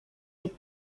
with